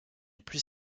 plus